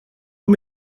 aux